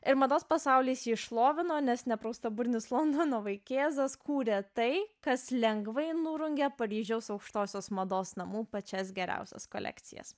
ir mados pasaulis jį šlovino nes nepraustaburnis londono vaikėzas kūrė tai kas lengvai nurungė paryžiaus aukštosios mados namų pačias geriausias kolekcijas